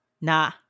Nah